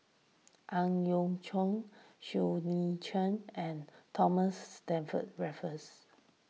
Ang Yau Choon Siow Lee Chin and Thomas Stamford Raffles